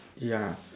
ya